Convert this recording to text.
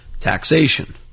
taxation